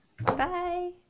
Bye